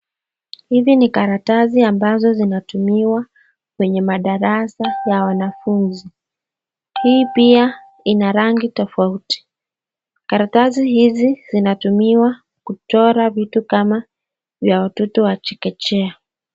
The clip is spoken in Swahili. Hizi ni karatasi ambazo zinatumiwa kwenye madarasa ya wanafunzi. Hii pia ina rangi tofauti. Karatasi hizi zinatumiwa kuchora vitu kama ya watoto wa chekechea.